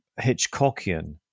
Hitchcockian